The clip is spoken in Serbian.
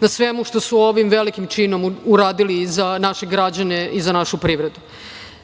na svemu što su ovim velikim činom uradili i za naše građane i za našu privredu. Sada